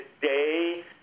today